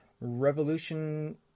Revolution